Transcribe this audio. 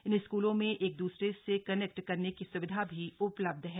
इन स्कूलों में एक दूसरे से कनेक्ट करने की स्विधा भी उपलब्ध है